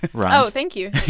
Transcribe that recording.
rund oh, thank you